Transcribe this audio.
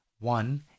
One